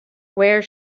where